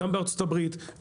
בארצות הברית,